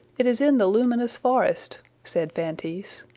it is in the luminous forest, said feintise.